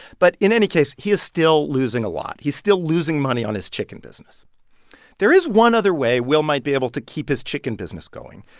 but in any case, he is still losing a lot. he's still losing money on his chicken business there is one other way will might be able to keep his chicken business going.